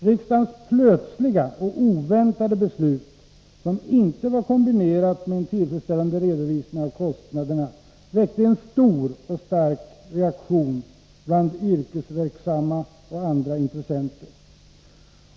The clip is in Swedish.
Riksdagens plötsliga och oväntade beslut, som inte var kombinerat med en tillfredsställande redovisning av kostnaderna, väckte en stor och stark reaktion bland yrkesverksamma och andra intressenter.